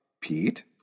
Pete